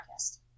podcast